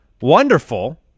wonderful